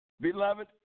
Beloved